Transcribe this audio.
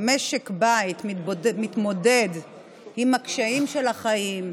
משק בית מתמודד עם הקשיים של החיים,